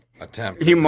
attempt